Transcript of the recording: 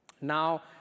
Now